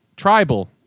tribal